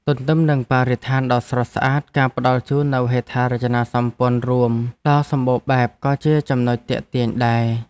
ទន្ទឹមនឹងបរិស្ថានដ៏ស្រស់ស្អាតការផ្តល់ជូននូវហេដ្ឋារចនាសម្ព័ន្ធរួមដ៏សម្បូរបែបក៏ជាចំណុចទាក់ទាញដែរ។